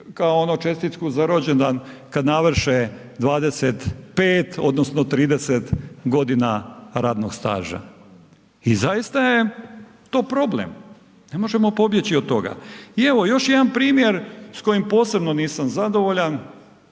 kao onu čestitku za rođendan kad navrše 25 odnosno 30 g. radnog staža. I zaista je to problem, ne možemo pobjeći do toga. I evo još jedan primjer s kojim posebno nisam zadovoljan,